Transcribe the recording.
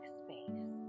space